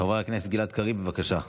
חבר הכנסת גלעד קריב, בבקשה.